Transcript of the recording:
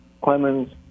Clemens